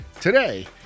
today